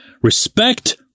respect